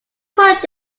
projects